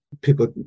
people